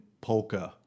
polka